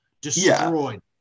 destroyed